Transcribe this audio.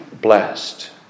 blessed